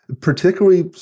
particularly